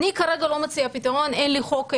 אני כרגע לא מציעה פתרון, אין לי כרגע חוק בקנה,